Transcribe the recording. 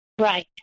Right